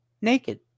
naked